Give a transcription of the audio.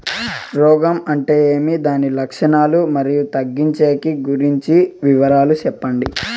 రోగం అంటే ఏమి దాని లక్షణాలు, మరియు తగ్గించేకి గురించి వివరాలు సెప్పండి?